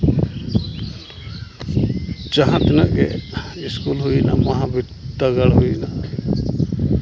ᱡᱟᱦᱟᱸ ᱛᱤᱱᱟᱹᱜ ᱜᱮ ᱥᱠᱩᱞ ᱦᱩᱭᱱᱟ ᱢᱚᱦᱟᱵᱤᱨᱫᱟᱹᱜᱟᱲ ᱦᱩᱭ ᱮᱱᱟ